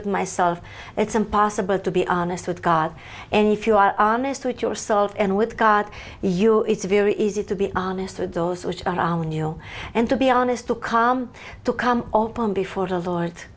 with myself it's impossible to be honest with god and if you are honest with yourself and with god you it's very easy to be honest with those which are new and to be honest to come to come on before the